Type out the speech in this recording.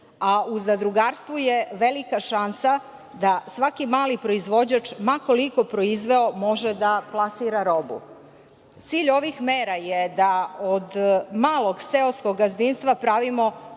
U zadrugarstvu je velika šansa da svaki mali proizvođač, ma koliko proizveo, može da plasira robu. Cilj ovih mera je da od malog seoskog gazdinstva pravimo